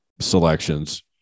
selections